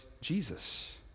Jesus